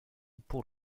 pour